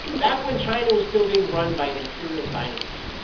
back when china was still being run by an imperial dynasty,